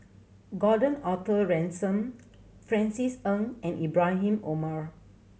Gordon Arthur Ransome Francis Ng and Ibrahim Omar